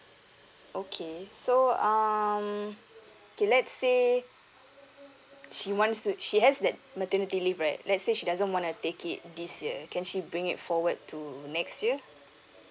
okay so um okay let's say she wants to she has that maternity leave right let's say she doesn't wanna take it this year can she bring it forward to next year